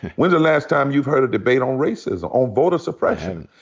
when's the last time you've heard a debate on racism, on voter suppression